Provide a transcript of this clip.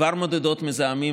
כבר מודדות מזהמים,